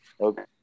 Okay